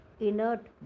inert